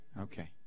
Okay